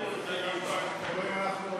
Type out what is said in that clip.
אבל כתוב כאן,